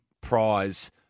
prize